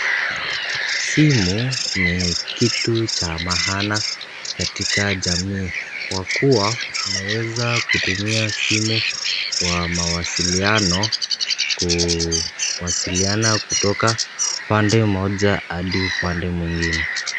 Simu ni kitu cha maana katika jamii kwa kuwa unaweza tumia simu kwa mawasiliano kuwasiliana kutoka upande mmoja hadi mwingine.